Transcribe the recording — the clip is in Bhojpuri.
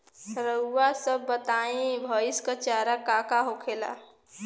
रउआ सभ बताई भईस क चारा का का होखेला?